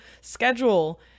schedule